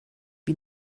wie